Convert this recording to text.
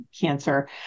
cancer